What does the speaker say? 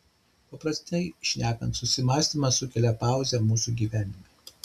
paprastai šnekant susimąstymas sukelia pauzę mūsų gyvenime